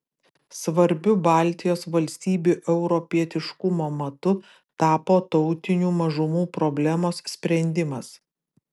svarbiu baltijos valstybių europietiškumo matu tapo tautinių mažumų problemos sprendimas